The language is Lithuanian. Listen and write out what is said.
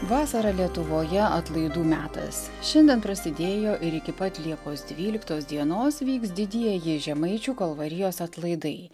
vasara lietuvoje atlaidų metas šiandien prasidėjo ir iki pat liepos dvyliktos dienos vyks didieji žemaičių kalvarijos atlaidai